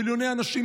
מיליוני אנשים,